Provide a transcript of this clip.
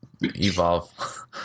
evolve